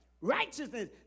Righteousness